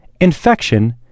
infection